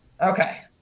Okay